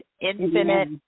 infinite